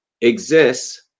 exists